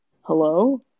hello